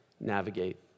navigate